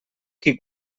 qui